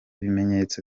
bimenyetso